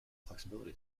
flexibility